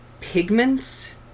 pigments